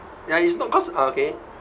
ya it's not cause okay